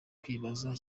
kwibaza